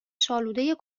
شالودهی